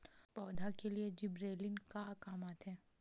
पौधा के लिए जिबरेलीन का काम आथे?